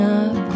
up